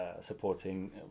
supporting